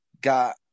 got